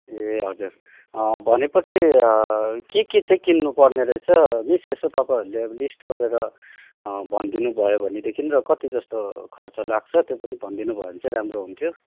ए हजुर भनेपछि के के चाहिँ किन्नुपर्ने रहेछ मिस यसो तपाईँहरूले अब लिस्ट गरेर भनिदिनु भयो भनेदेखि र कति जस्तो खर्च लाग्छ त्यो पनि भनिदिनु भयो भने चाहिँ राम्रो हुन्थ्यो